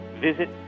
visit